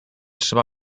trzeba